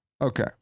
Okay